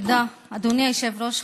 תודה, אדוני היושב-ראש.